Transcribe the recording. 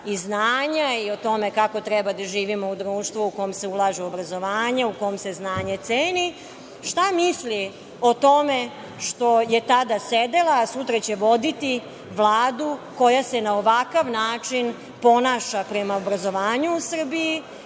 i znanja i o tome kako treba da živimo u društvu u kom se ulaže u obrazovanje, u kom se znanje ceni, šta misli o tome što je tada sedela, a sutra će voditi Vladu koja se na ovakav način ponaša prema obrazovanju u Srbiji,